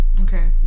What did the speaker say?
Okay